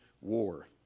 war